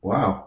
Wow